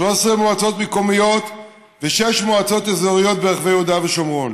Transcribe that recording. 13 מועצות מקומיות ושש מועצות אזוריות ברחבי יהודה ושומרון,